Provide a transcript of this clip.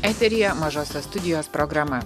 eteryje mažosios studijos programa